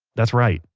that's right,